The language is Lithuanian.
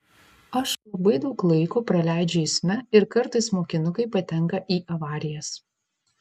aš labai daug laiko praleidžiu eisme ir kartais mokinukai patenka į avarijas